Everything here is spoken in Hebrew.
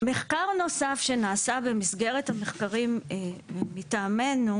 מחקר נוסף שנעשה במסגרת המחקרים מטעמנו.